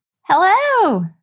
Hello